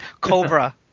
Cobra